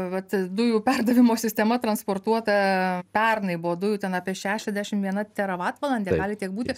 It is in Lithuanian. vat dujų perdavimo sistema transportuota pernai buvo dujų ten apie šešiasdešim viena teravatvalandė gali tiek būti